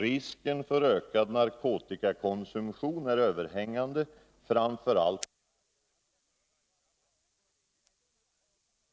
Risken för ökad narkotikakonsumtion är överhängande, framför allt med tanke på att tullmyndigheterna inte längre effektivt kan utföra sitt arbete. 6. Allmänhetens förtroende för alkoholpolitiken kommer att ytterligare försvagas. Herr talman!